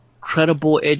credible